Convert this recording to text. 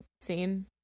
scene